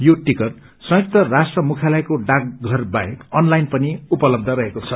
यो टिकट संयुक्त राष्ट्र मुख्यालयको डाकघर बाहेक अनलाईन पनि उपलब्य रहेको छ